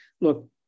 look